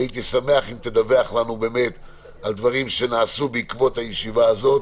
אני הייתי שמח אם תדווח לנו באמת על דברים שנעשו בעקבות הישיבה הזאת